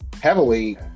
heavily